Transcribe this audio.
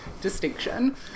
Distinction